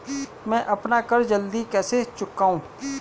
मैं अपना कर्ज जल्दी कैसे चुकाऊं?